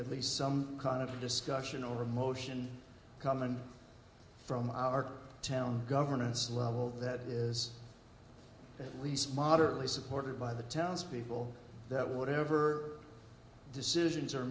at least some kind of discussion over a motion coming from our town governance level that is least moderately supported by the townspeople that whatever decisions are